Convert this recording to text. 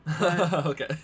Okay